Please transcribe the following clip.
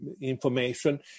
information